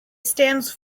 stands